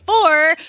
Four